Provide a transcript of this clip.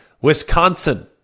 Wisconsin